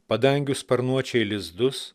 padangių sparnuočiai lizdus